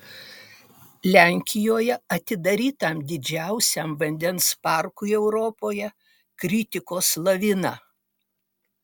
lenkijoje atidarytam didžiausiam vandens parkui europoje kritikos lavina